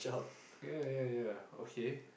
ya ya ya okay